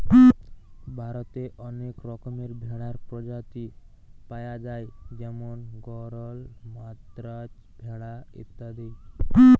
ভারতে অনেক রকমের ভেড়ার প্রজাতি পায়া যায় যেমন গরল, মাদ্রাজ ভেড়া ইত্যাদি